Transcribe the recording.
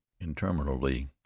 interminably